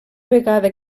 vegada